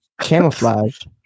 camouflaged